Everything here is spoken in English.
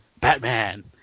Batman